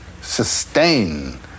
sustain